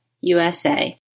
USA